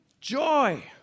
Joy